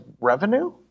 revenue